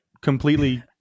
completely